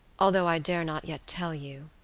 although i dare not yet tell you.